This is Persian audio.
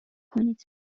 کنید